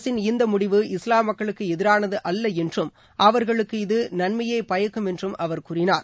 அரசின் இந்த முடிவு இஸ்லாம் மக்களுக்கு எதிரானது அல்ல என்றும் அவர்களுக்கு இது நன்மையே பயக்கும் என்று அவர் கூறினார்